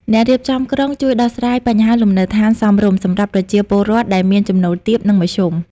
អ្នករៀបចំក្រុងជួយដោះស្រាយបញ្ហាលំនៅដ្ឋានសមរម្យ សម្រាប់ប្រជាពលរដ្ឋដែលមានចំណូលទាប និងមធ្យម។